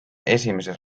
esimeses